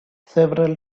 several